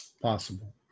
Possible